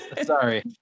Sorry